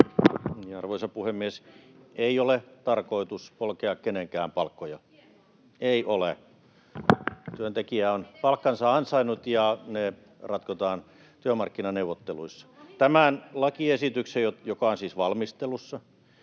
Arvoisa puhemies! Ei ole tarkoitus polkea kenenkään palkkoja. [Välihuuto] — Ei ole. — Työntekijä on palkkansa ansainnut, ja ne ratkotaan työmarkkinaneuvotteluissa. Tämän lakiesityksen, joka on siis valmistelussa,